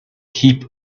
heap